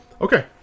Okay